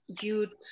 youth